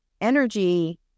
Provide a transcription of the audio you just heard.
energy